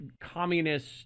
communist